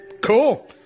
Cool